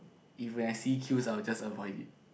if when I see queues I will just avoid it